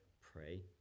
pray